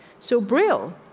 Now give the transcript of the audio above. so, brill.